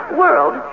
world